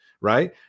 right